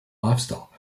lifestyle